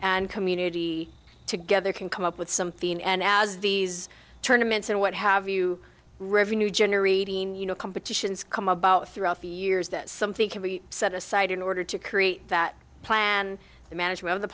and community together can come up with something and as these tournaments and what have you revenue generating you know competitions come about throughout the years that something can be set aside in order to create that plan the management